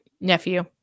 nephew